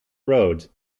road